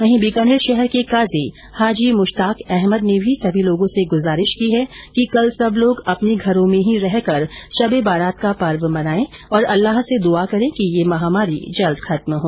वहीं बीकानेर शहर के काजी हाजी मुश्ताक अहमद ने भी सभी लोगों से गुजारिश की है कि कल सब लोग अपने घरों में ही रहकर शब ए बारात का पर्व मनाये और अल्लाह से दुआं करें कि ये महामारी जल्द ही खत्म हो